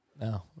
No